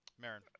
Marin